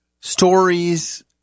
stories